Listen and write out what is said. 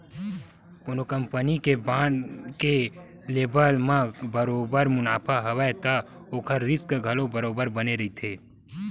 कोनो कंपनी के बांड के लेवब म बरोबर मुनाफा हवय त ओखर रिस्क घलो बरोबर बने रहिथे